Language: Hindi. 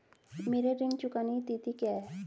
मेरे ऋण चुकाने की तिथि क्या है?